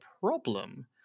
problem